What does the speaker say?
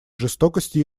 жестокости